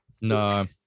no